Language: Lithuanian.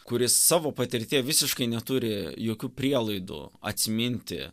kuris savo patirtyje visiškai neturi jokių prielaidų atsiminti